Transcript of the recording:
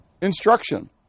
instruction